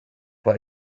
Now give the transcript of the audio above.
but